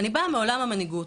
אני באה מעולם המנהיגות.